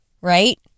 Right